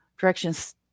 directions